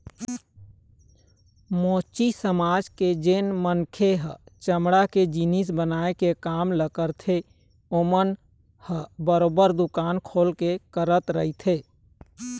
मोची समाज के जेन मनखे ह चमड़ा के जिनिस बनाए के काम ल करथे ओमन ह बरोबर दुकान खोल के करत रहिथे